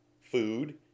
food